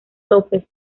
lópez